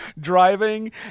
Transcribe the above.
driving